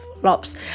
flops